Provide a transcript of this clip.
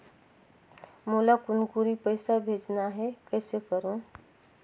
मोला कुनकुरी पइसा भेजना हैं, कइसे करो?